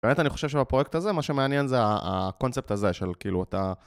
באמת אני חושב שבפרויקט הזה מה שמעניין זה הקונספט הזה של כאילו את ה...